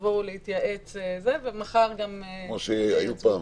יבואו להתייעץ ומחר --- כמו שהיו פעם,